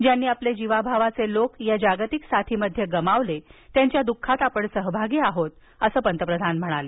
ज्यांनी आपले जीवाभावाचे लोक या जागतिक साथीमध्ये गमावले त्यांच्या दुःखात आपण सहभागी आहोत असं पंतप्रधान म्हणाले